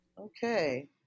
Okay